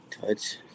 touch